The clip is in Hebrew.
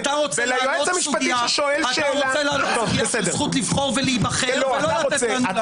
אז אתה רוצה להעלות סוגיה על הזכות לבחור ולהיבחר ולא לתת לנו להגיב.